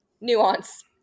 nuance